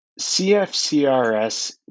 CFCRS